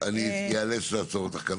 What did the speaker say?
איאלץ לעצור אותך כאן.